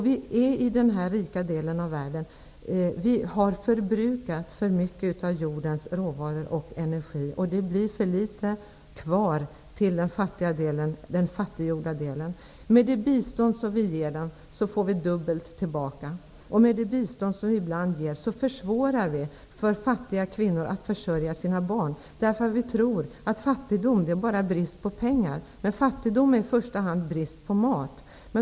Vi i den rika delen av världen har förbrukat för mycket av jordens råvaror och energi. Det blir för litet kvar för den fattiga delen. Med det bistånd som vi ger får vi dubbelt tillbaka. Med det bistånd som vi ger försvårar vi ibland för fattiga kvinnor att försörja sina barn, därför att vi tror att fattigdom bara är brist på pengar, men fattigdom är i första hand brist på mat.